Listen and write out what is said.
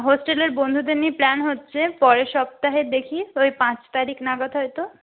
হস্টেলের বন্ধুদের নিয়ে প্ল্যান হচ্ছে পরের সপ্তাহে দেখি ওই পাঁচ তারিখ নাগাদ হয়তো